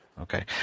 Okay